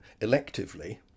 electively